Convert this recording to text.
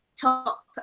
top